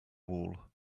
wall